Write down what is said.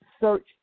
search